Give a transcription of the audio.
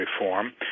reform